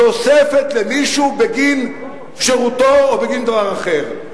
תוספת למישהו בגין שירותו או בגין דבר אחר.